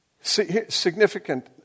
significant